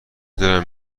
دلم